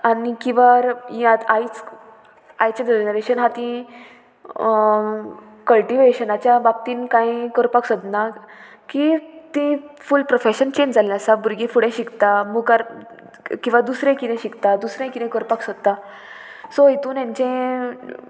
आनी किंवां आयज आयचें जनरेशन आहा ती कल्टिवेशनाच्या बाबतीन कांय करपाक सोदना की ती फूल प्रोफेशन चेंज जाल्लें आसा भुरगीं फुडें शिकता मुकार किंवां दुसरें किदें शिकता दुसरें किदें करपाक सोदता सो हितून हेंचें